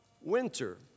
winter